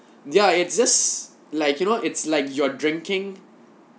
ya it's just like you know it's like you're drinking